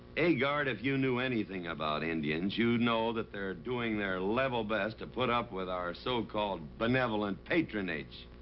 agard, if you knew anything about indians, you'd know that they're doing their level best. to put up with our so-called benevolent patronage.